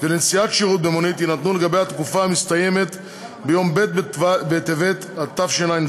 ולנסיעת שירות במונית יינתנו לגבי התקופה המסתיימת ביום ב' בטבת התשע"ז,